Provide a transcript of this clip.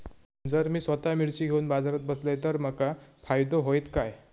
जर मी स्वतः मिर्ची घेवून बाजारात बसलय तर माका फायदो होयत काय?